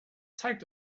zeigt